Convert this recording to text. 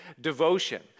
devotion